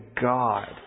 God